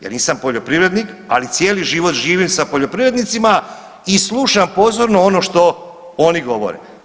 Ja nisam poljoprivrednik, ali cijeli život živim sa poljoprivrednicima i slušam pozorno ono što oni govore.